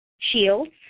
shields